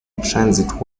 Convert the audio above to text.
transit